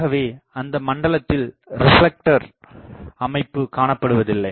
ஆகவே அந்த மண்டலத்தில் ரெப்லெக்டர் அமைப்பு காணப்படுவதில்லை